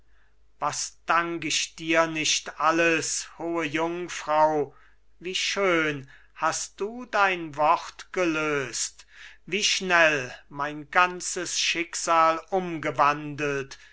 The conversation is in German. was dank ich dir nicht alles hohe jungfrau wie schön hast du dein wort gelöst wie schnell mein ganzes schicksal umgewandelt